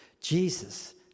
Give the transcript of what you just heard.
Jesus